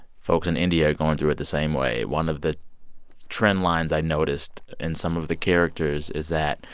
folks in india are going through it the same way. one of the trend lines i noticed in some of the characters is that